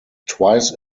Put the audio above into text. twice